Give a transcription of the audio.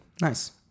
Nice